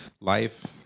life